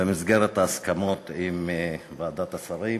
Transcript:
במסגרת ההסכמות עם ועדת השרים